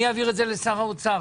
אעביר את זה לשר האוצר.